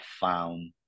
found